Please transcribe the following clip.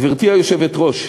גברתי היושבת-ראש,